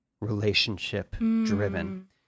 relationship-driven